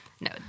No